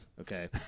Okay